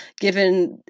given